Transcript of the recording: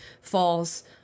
falls